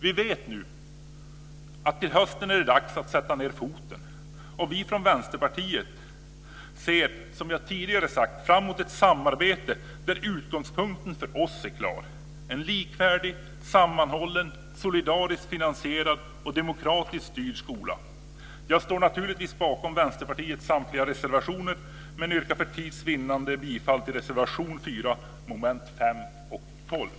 Vi vet nu att till hösten är det dags att "sätta ned foten", och vi från Vänsterpartiet ser, som jag tidigare har sagt, fram emot ett samarbete där utgångspunkten för oss är klar - en likvärdig, sammanhållen, solidariskt finansierad och demokratiskt styrd skola. Jag står naturligtvis bakom Vänsterpartiets samtliga reservationer, men jag yrkar för tids vinnande bifall till reservation 4, under punkterna 5 och 12.